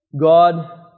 God